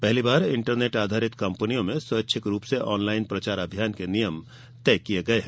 पहली बार इंटरनेट आधारित कंपनियों में स्वैच्छिक रूप से ऑनलाइन प्रचार अभियान के नियम तय किए हैं